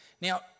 Now